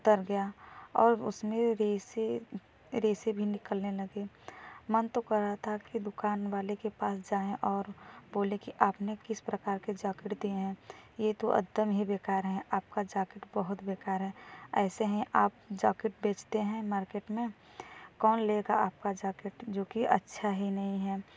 उतर गया और उसमे रेशे रेशे भी निकलने लगे मन तो कर रहा था की दुकान वाले के पास जाएँ और बोलें कि आपने किस प्रकार के जाकेट दिए हैं ये तो एकदम ही बेकार है आपका जाकेट बहुत बेकार है ऐसे ही आप जाकेट बेचते हैं मार्केट में कौन लेगा आपका जाकेट जो कि अच्छा ही नहीं है